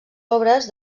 obres